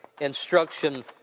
instruction